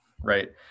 right